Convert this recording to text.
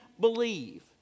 believe